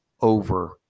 over